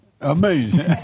Amazing